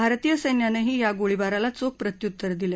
भारतीय सैन्यानही या गोळीबाराला चोख प्रत्युत्तर दिलं